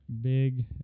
big